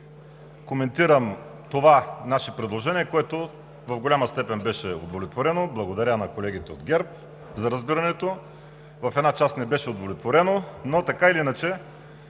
коментирам това наше предложение, което до голяма степен беше удовлетворено. Благодаря на колегите от ГЕРБ за разбирането. В една част не беше удовлетворено, но така или иначе,